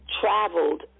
Traveled